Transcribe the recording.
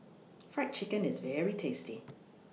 Fried Chicken IS very tasty